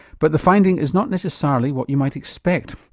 but the finding is not necessarily what you might expect.